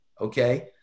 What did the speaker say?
okay